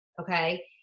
okay